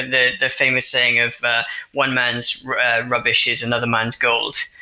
the the famous saying of one man's rubbish is another man's gold.